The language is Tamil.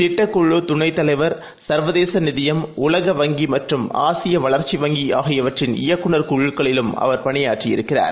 திட்டக்குழுதுணைதலைவர் சர்வதேசநிதியம் உலகவங்கிமற்றும்ஆசியவளர்ச்சிவங்கிஆகியவற்றின்இயக்குனர்குழுக்களிலு ம்அவர்பணியாற்றியிருக்கிறார்